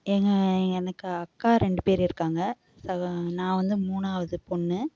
எங்கள் எனக்கு அக்கா ரெண்டு பேர் இருக்காங்கள் சகோ நான் வந்து மூணாவது பொண்ணு